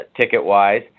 ticket-wise